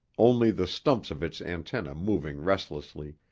only the stumps of its antennae moving restlessly,